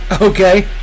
Okay